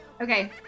Okay